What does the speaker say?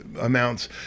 amounts